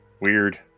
Weird